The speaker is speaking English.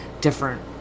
different